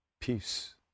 peace